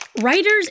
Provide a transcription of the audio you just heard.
Writers